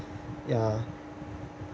ya